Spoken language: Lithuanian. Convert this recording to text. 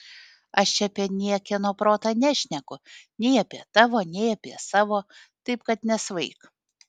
aš čia apie niekieno protą nešneku nei apie tavo nei apie savo taip kad nesvaik